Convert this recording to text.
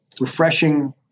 refreshing